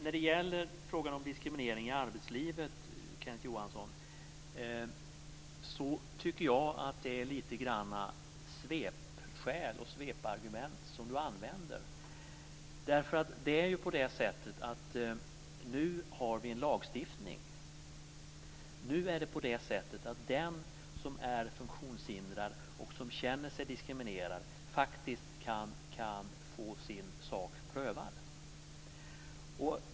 Fru talman! Jag tycker att Kenneth Johansson använder lite grann svepande argument i frågan om diskriminering i arbetslivet. Vi har nu en lagstiftning. Den som är funktionshindrad och känner sig diskrimerad kan nu faktiskt få sin sak prövad.